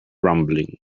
rumbling